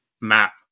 map